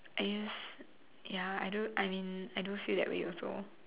yes ya I do I mean I do feel that way also